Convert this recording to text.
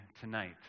tonight